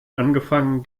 angefangen